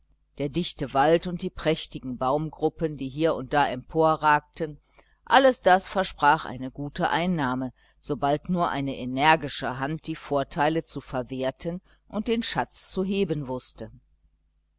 der dichte wald und die prächtigen baumgruppen die hier und da emporragten alles das versprach eine gute einnahme sobald nur eine energische hand die vorteile zu verwerten und den schatz zu heben wußte